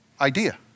idea